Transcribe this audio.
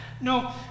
No